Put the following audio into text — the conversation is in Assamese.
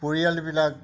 পৰিয়ালবিলাক